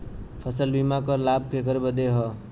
फसल बीमा क लाभ केकरे बदे ह?